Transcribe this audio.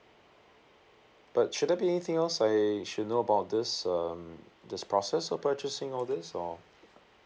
but should there be anything else I should know about this um this process of purchasing orders or